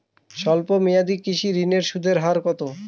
স্বল্প মেয়াদী কৃষি ঋণের সুদের হার কত?